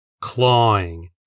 clawing